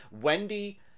wendy